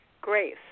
grace